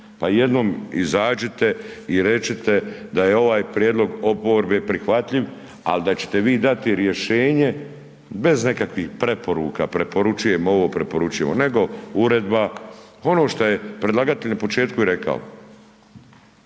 pa jednom izađite i recite da je ovaj prijedlog oporbe prihvatljiv ali da ćete vi dati rješenje bez nekakvih preporuka, preporučujem ovo, preporučujem ono nego uredba, ono što je predlagatelj na početku rekao.